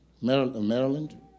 Maryland